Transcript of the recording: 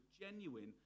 genuine